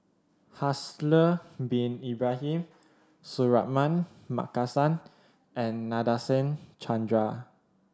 Haslir Bin Ibrahim Suratman Markasan and Nadasen Chandra